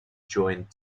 joined